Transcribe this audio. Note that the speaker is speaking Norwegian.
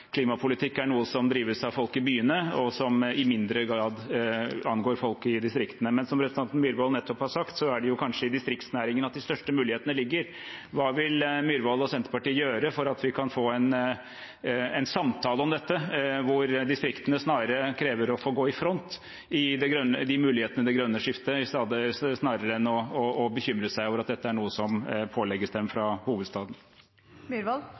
klimapolitikk er noe som drives av folk i byene, og som i mindre grad angår folk i distriktene. Men som representanten Myhrvold nettopp har sagt, er det kanskje i distriktsnæringene at de største mulighetene ligger. Hva vil Myhrvold og Senterpartiet gjøre for at vi kan få en samtale om dette, der distriktene krever å få gå i front når det gjelder mulighetene i det grønne skiftet, snarere enn å bekymre seg over at dette er noe som pålegges dem fra